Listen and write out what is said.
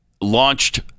launched